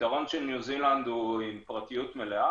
הפתרון של ניו זילנד הוא עם פרטיות מלאה.